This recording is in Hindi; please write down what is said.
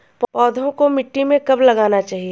पौधों को मिट्टी में कब लगाना चाहिए?